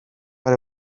but